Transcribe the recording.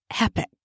epic